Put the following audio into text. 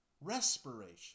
respiration